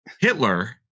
Hitler